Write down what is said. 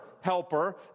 helper